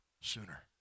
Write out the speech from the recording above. Sooner